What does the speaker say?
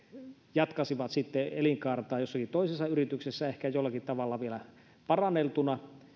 jatkaisivat sitten elinkaartaan jossakin toisessa yrityksessä ehkä jollakin tavalla vielä paranneltuina